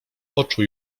oczu